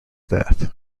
death